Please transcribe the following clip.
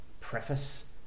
preface